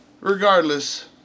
Regardless